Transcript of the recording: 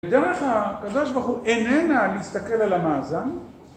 בדרך הקדוש ברוך הוא איננה להסתכל על המאזן.